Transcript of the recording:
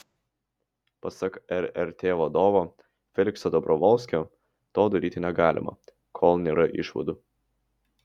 pasak rrt vadovo felikso dobrovolskio to daryti negalima kol nėra išvadų